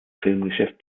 filmgeschäft